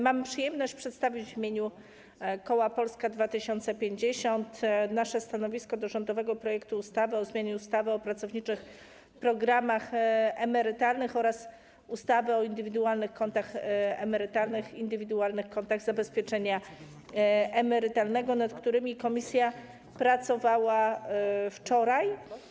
Mam przyjemność przedstawić w imieniu koła Polska 2050 nasze stanowisko wobec rządowego projektu ustawy o zmianie ustawy o pracowniczych programach emerytalnych oraz ustawy o indywidualnych kontach emerytalnych i indywidualnych kontach zabezpieczenia emerytalnego, nad którymi komisja pracowała wczoraj.